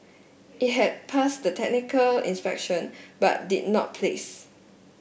it had passed the technical inspection but did not place